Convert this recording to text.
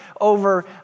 over